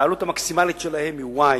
והעלות המקסימלית שלהם היא y,